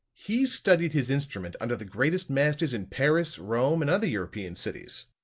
he's studied his instrument under the greatest masters in paris, rome and other european cities.